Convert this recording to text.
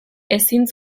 ezin